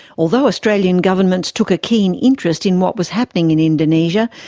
although australian governments took a keen interest in what was happening in indonesia,